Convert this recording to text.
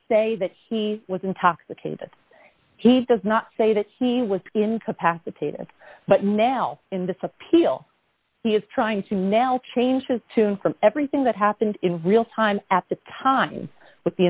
say that he was intoxicated he does not say that he was incapacitated but now in this appeal he is trying to now change his tune from everything that happened in real time at the time with the